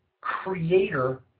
creator